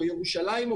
או ירושלים,